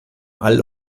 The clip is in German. all